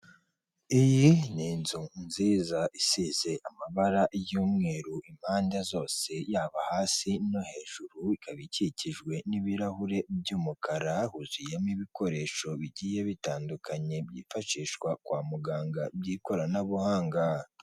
Iyi n'Inzu nziza isize amabara y'umweru impande zose ,yaba hasi no hejuruba ikikijwe n'ibirahure by'umukara huzuyemo ibikoresho bigiye bitandukanye byifashishwa kwa muganga by'ikoranabuhanga.